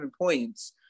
points